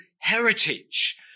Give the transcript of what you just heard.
heritage